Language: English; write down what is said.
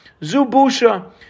Zubusha